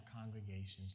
congregations